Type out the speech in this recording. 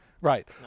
Right